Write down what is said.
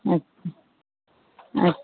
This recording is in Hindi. अच्छा अच्छे